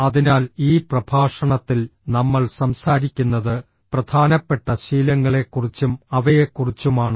അതിനാൽ ഈ പ്രഭാഷണത്തിൽ നമ്മൾ സംസാരിക്കുന്നത് പ്രധാനപ്പെട്ട ശീലങ്ങളെക്കുറിച്ചും അവയെക്കുറിച്ചുമാണ്